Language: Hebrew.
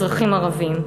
אזרחים ערבים.